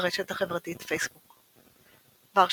ברשת החברתית פייסבוק ורשה,